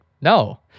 no